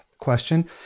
question